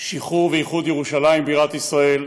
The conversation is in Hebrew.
שחרור ואיחוד ירושלים בירת ישראל,